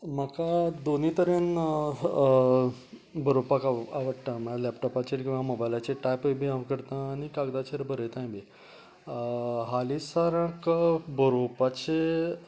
म्हाका दोनीय तरेन बरोवपाक आव आवडटा म्हळ्यार लेपटॉपाचेर किंवां मोबायलाचेर टायप बी हांव करतां आनी कागदाचेर बरयता बी हालींसराक बरोवपाचे